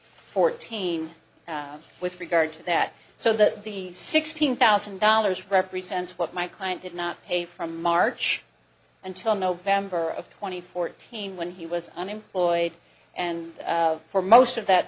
fourteen with regard to that so that the sixteen thousand dollars represents what my client did not pay from march until november of two thousand and fourteen when he was unemployed and for most of that